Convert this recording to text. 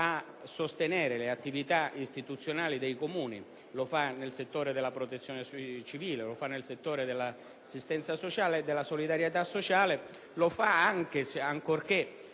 a sostenere le attività istituzionali dei Comuni: lo fa nel settore della protezione civile, dell'assistenza e della solidarietà sociale ed, anche, ancorché